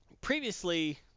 Previously